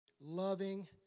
loving